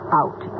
out